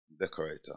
decorator